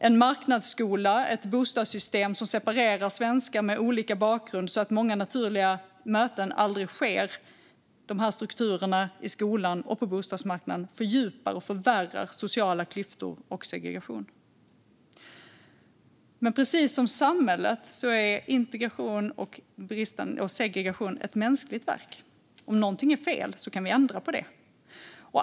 En marknadsskola och ett bostadssystem som separerar svenskar med olika bakgrund så att många naturliga möten aldrig sker innebär att strukturerna i skolan och bostadsmarknaden fördjupar och förvärrar sociala klyftor och segregation. Precis som samhället är integration och segregation ett mänskligt verk. Om något är fel kan vi ändra på det.